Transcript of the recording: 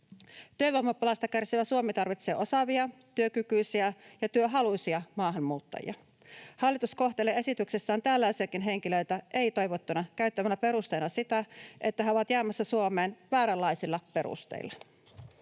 Työvoimapulasta kärsivä Suomi tarvitsee osaavia, työkykyisiä ja työhaluisia maahanmuuttajia. Hallitus kohtelee esityksessään tällaisiakin henkilöitä ei-toivottuina käyttämällä perusteena sitä, että he ovat jäämässä Suomeen vääränlaisilla perusteilla.